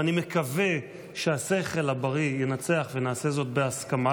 ואני מקווה שהשכל הבריא ינצח ונעשה זאת בהסכמה,